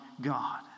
God